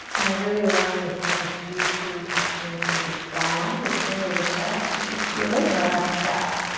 really we're wanting to find this juicy action of the down, the chin to the chest. you should feel it in the left trap.